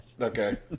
okay